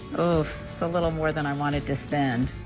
oh, it's a little more than i wanted to spend.